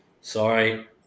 sorry –